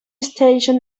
station